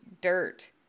dirt